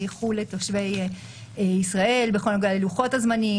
חו"ל לתושבי ישראל בכל הנוגע ללוחות הזמנים,